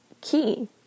key